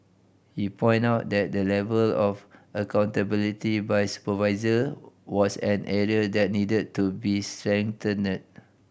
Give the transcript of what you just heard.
he point out that the level of accountability by supervisor was an area that needed to be strengthened